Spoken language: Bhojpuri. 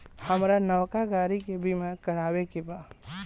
हामरा नवका गाड़ी के बीमा करावे के बा